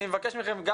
אני מבקש מכם.